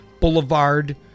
boulevard